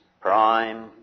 prime